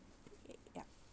ya